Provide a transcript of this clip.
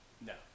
no